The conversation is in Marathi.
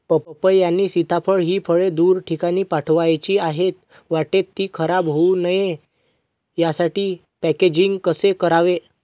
पपई आणि सीताफळ हि फळे दूर ठिकाणी पाठवायची आहेत, वाटेत ति खराब होऊ नये यासाठी पॅकेजिंग कसे करावे?